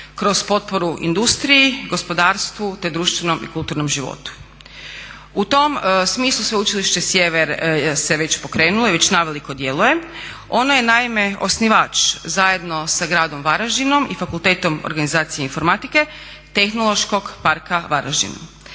kroz potporu industriji, gospodarstvu, te društvenom i kulturnom životu. U tom smislu Sveučilište Sjever se već pokrenulo i već naveliko djeluje, ono je naime osnivač zajedno sa gradom Varaždinom i Fakultetom organizacije i informatike Tehnološkog parka Varaždin.